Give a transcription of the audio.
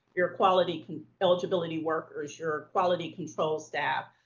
your quality eligibility workers, your quality control staff,